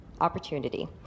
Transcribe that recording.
opportunity